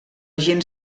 gent